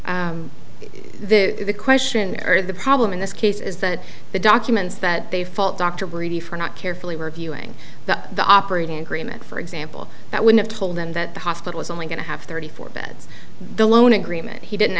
a question or the problem in this case is that the documents that they felt dr brady for not carefully reviewing the operating agreement for example that would have told them that the hospital is only going to have thirty four beds the loan agreement he didn't